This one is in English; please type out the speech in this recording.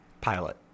pilot